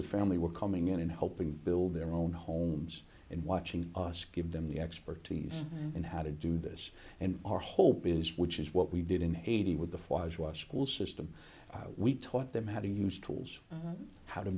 a family were coming in and helping build their own homes and watching us give them the expertise in how to do this and our hope is which is what we did in haiti with the watch was school system we taught them how to use tools how to